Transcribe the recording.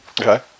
Okay